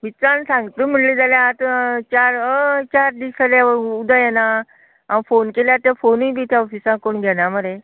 विचार सांगतले म्हळ्यार आज चार हय चार दीस जालें उदक येना हांव फोन केल्यार ते फोनी बी ते ऑफिसांत कोण घेना मरे